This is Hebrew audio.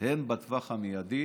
הן בטווח המיידי